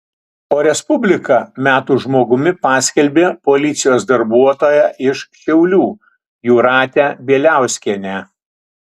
o respublika metų žmogumi paskelbė policijos darbuotoją iš šiaulių jūratę bieliauskienę